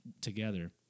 together